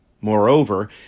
Moreover